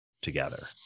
together